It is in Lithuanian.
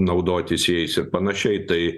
naudotis jais ir panašiai tai